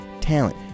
talent